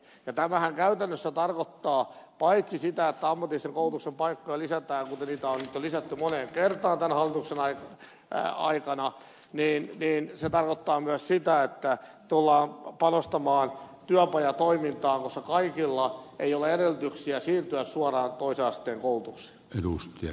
tämähän käytännössä tarkoittaa paitsi sitä että ammatillisen koulutuksen paikkoja lisätään niitä on nyt jo lisätty moneen kertaan tämän hallituksen aikana myös sitä että tullaan panostamaan työpajatoimintaan koska kaikilla ei ole edellytyksiä siirtyä suoraan toisen asteen koulutukseen